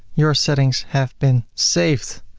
your settings have been saved.